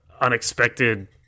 unexpected